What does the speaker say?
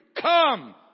come